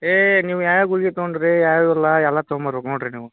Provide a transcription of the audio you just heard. ಏ ನೀವು ಯಾಯಾವ ಗುಳ್ಗೆ ತಗೊಂಡಿರಿ ಯಾವೆಲ್ಲ ಎಲ್ಲ ತೊಗೊಂಡ್ ಬರ್ಬೇಕು ನೋಡಿರಿ ನೀವು